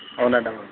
అవునండి అవును